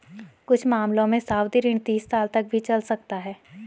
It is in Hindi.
कुछ मामलों में सावधि ऋण तीस साल तक भी चल सकता है